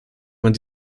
wann